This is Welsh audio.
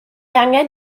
angen